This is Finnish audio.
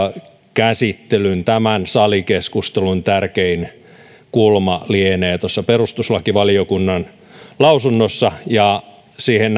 käsittelyn tämän salikeskustelun tärkein kulma lienee tuossa perustuslakivaliokunnan lausunnossa siihen